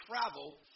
travel